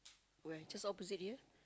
where just opposite here